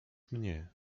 mnie